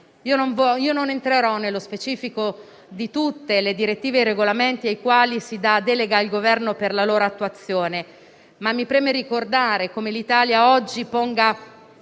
Non entrerò nello specifico di tutte le direttive e i regolamenti ai quali si dà delega al Governo per la loro attuazione. Mi preme però ricordare come l'Italia oggi ponga